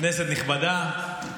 כנסת נכבדה,